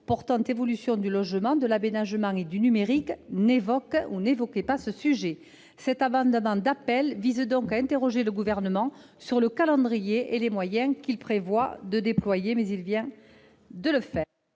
portant évolution du logement, de l'aménagement et du numérique n'évoque pas ce sujet. Cet amendement d'appel vise donc à interroger le Gouvernement sur le calendrier et les moyens qu'il prévoit de déployer, mais comme M. le secrétaire